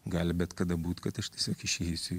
gali bet kada būt kad aš tiesiog išeisiu